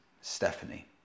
Stephanie